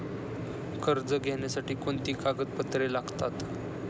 कर्ज घेण्यासाठी कोणती कागदपत्रे लागतात?